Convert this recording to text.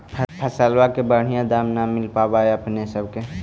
फसलबा के बढ़िया दमाहि न मिल पाबर होतो अपने सब के?